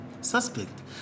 suspect